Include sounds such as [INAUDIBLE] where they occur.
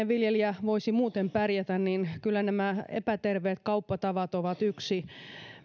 [UNINTELLIGIBLE] viljelijä voisi muuten pärjätä niin [UNINTELLIGIBLE] [UNINTELLIGIBLE] kyllä epäterveet kauppatavat ovat yksi [UNINTELLIGIBLE] [UNINTELLIGIBLE] [UNINTELLIGIBLE] [UNINTELLIGIBLE]